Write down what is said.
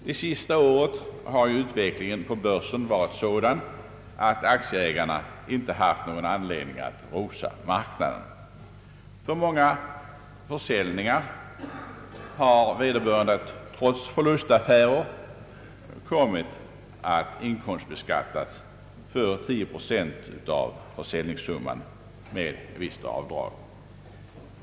Det senaste året har utvecklingen på börsen varit sådan att aktieägarna inte haft någon anledning att rosa marknaden. På många försäljning ar har vederbörande trots förlustaffärer kommit att inkomstbeskattas för 10 procent av försäljningssumman, med visst avdrag.